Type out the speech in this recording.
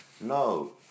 No